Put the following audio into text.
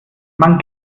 man